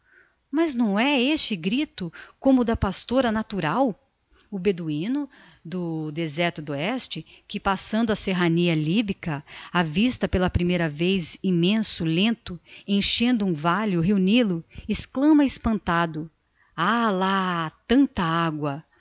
mas não é este grito como o da pastora natural o beduino do deserto d'oeste que passando a serrania lybica avista pela primeira vez immenso lento enchendo um valle o rio nilo exclama espantado allah tanta agua